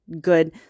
good